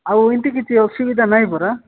ଆଉ ଏମିତି କିଛି ଅସୁବିଧା ନାଇଁ ପରା